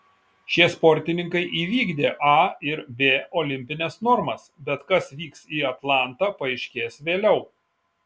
šie sportininkai įvykdė a ir b olimpines normas bet kas vyks į atlantą paaiškės vėliau